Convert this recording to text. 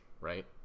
right